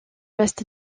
ouest